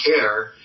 Care